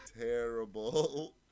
Terrible